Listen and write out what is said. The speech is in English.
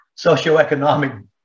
socioeconomic